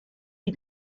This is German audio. sie